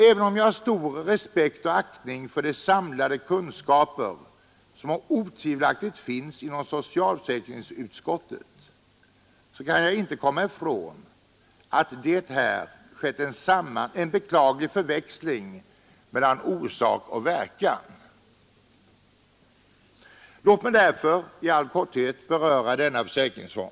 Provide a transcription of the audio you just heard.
Även om jag har stor respekt och aktning för de samlade kunskaper som otvivelaktigt finns inom socialförsäkringsutskottet kan jag inte komma ifrån att det här skett en beklaglig förväxling mellan orsak och verkan. Låt mig därför i all korthet beröra denna försäkringsform.